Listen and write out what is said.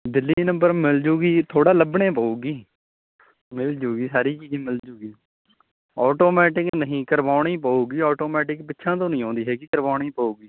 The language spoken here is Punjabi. ਦਿੱਲੀ ਨੰਬਰ ਮਿਲਜੂਗੀ ਜੀ ਥੋੜਾ ਲੱਭਣੇ ਪਊਗੀ ਮਿਲਜੂਗੀ ਸਾਰੀ ਚੀਜ਼ ਮਿਲਜੂਗੀ ਔਟੋਮੈਟਿਕ ਨਹੀਂ ਕਰਵਾਉਣੀ ਪਊਗੀ ਔਟੋਮੈਟਿਕ ਪਿੱਛੋਂ ਤੋਂ ਨਹੀਂ ਆਉਂਦੀ ਹੈ ਕਰਵਾਉਣੀ ਪਊਗੀ